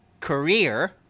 career